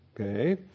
okay